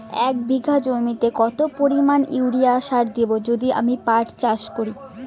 এক বিঘা জমিতে কত পরিমান ইউরিয়া সার দেব যদি আমি পাট চাষ করি?